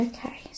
Okay